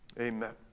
Amen